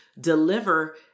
deliver